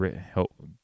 help